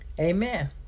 Amen